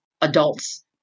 adults